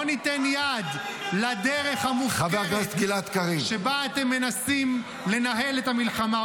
אנחנו לא ניתן יד לדרך המופקרת שבה אתם מנסים לנהל את המלחמה,